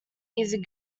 easy